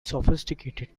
sophisticated